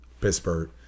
Pittsburgh